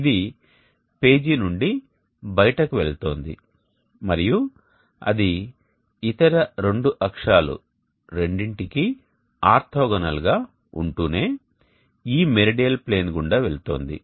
ఇది పేజీ నుండి బయటకు వెళుతోంది మరియు అది ఇతర రెండు అక్షాలు రెండింటికీ ఆర్తోగోనల్ గా ఉంటూనే ఈ మెరిడియల్ ప్లేన్ గుండా వెళుతోంది